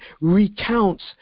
recounts